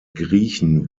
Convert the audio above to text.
griechen